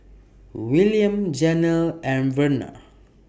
Wiliam Janel and Verna